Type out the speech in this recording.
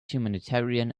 humanitarian